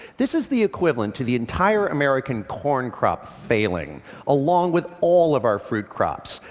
this is the equivalent to the entire american corn crop failing along with all of our fruit crops,